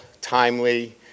timely